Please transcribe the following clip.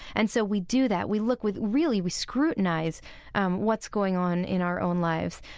and so we do that. we look with, really, we scrutinize what's going on in our own lives.